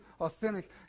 authentic